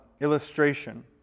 illustration